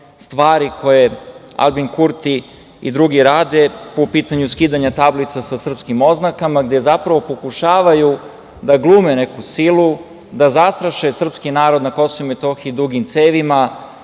stvari koje Aljbin Kurti i drugi rade po pitanju skidanja tablica sa srpskim oznakama, gde pokušavaju da glume neku silu, da zastraše srpski narod na KiM dugim cevima,